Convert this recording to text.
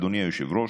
אדוני היושב-ראש,